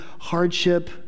hardship